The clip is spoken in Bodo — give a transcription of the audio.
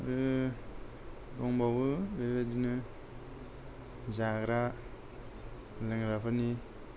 दंबावो बेबादिनो जाग्रा लोंग्राफोरनि